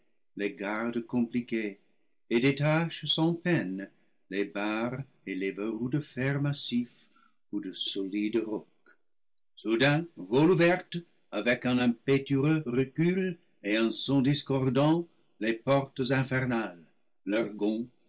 les gardes compliquées et détache sans peine les barres et les verrous de fer massif ou de solide roc soudain volent ouvertes avec un impétueux recul et un son discordant les portes infernales leurs gonds